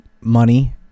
money